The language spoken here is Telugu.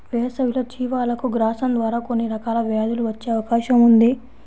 వేసవిలో జీవాలకు గ్రాసం ద్వారా కొన్ని రకాల వ్యాధులు వచ్చే అవకాశం ఉంది